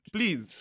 Please